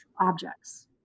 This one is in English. objects